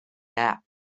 app